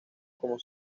como